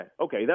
Okay